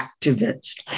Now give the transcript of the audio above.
activists